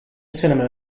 cinema